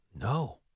No